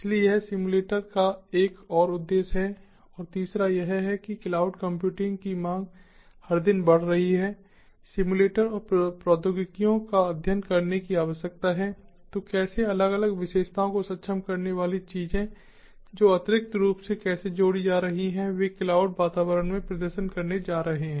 इसलिए यह सिम्युलेटर का एक और उद्देश्य है और तीसरा यह है कि क्लाउड कंप्यूटिंग की मांग हर दिन बढ़ रही है सिम्युलेटर और प्रौद्योगिकियों का अध्ययन करने की आवश्यकता है कि कैसे अलग अलग विशेषताओं को सक्षम करने वाली चीजें जो अतिरिक्त रूप से कैसे जोड़ी जा रही हैं वे क्लाउड वातावरण में प्रदर्शन करने जा रहे हैं